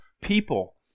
people